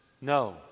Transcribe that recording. No